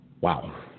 Wow